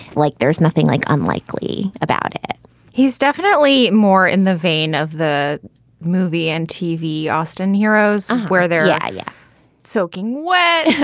like there's nothing like unlikely about it he's definitely more in the vein of the movie and tv austin heroes, where they're yeah yeah soaking wet.